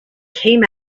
came